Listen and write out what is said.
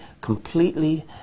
completely